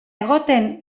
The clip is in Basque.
egoten